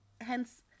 hence